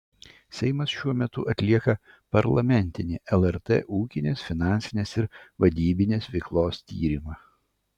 seimas šiuo metu atlieka parlamentinį lrt ūkinės finansinės ir vadybinės veiklos tyrimą